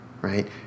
right